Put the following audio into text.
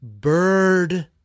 bird